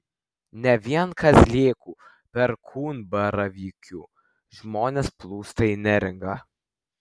ne vien kazlėkų perkūnbaravykių žmonės plūsta į neringą